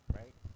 right